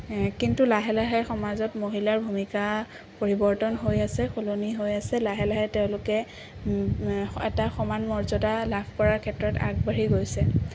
কিন্তু লাহে লাহে সমাজত মহিলাৰ ভূমিকা পৰিৱৰ্তন হৈ আছে সলনি হৈ আছে লাহে লাহে তেওঁলোকে এটা সমান মৰ্য্যদা লাভ কৰাৰ ক্ষেত্ৰত আগবাঢ়ি গৈছে